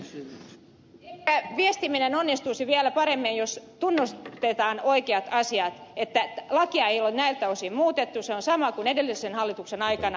ehkä viestiminen onnistuisi vielä paremmin jos tunnustettaisiin oikeat asiat että lakia ei ole näiltä osin muutettu se on sama kuin edellisen hallituksen aikana